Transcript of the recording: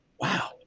wow